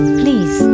please